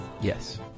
Yes